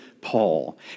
Paul